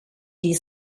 die